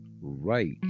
right